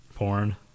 porn